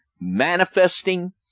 manifesting